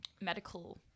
medical